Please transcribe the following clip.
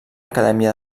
acadèmia